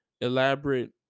elaborate